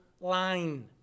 line